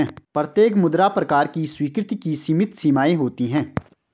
प्रत्येक मुद्रा प्रकार की स्वीकृति की सीमित सीमाएँ होती हैं